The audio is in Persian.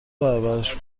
برابرش